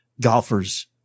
golfers